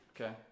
Okay